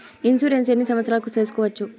Insurance ఎన్ని సంవత్సరాలకు సేసుకోవచ్చు?